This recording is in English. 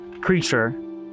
creature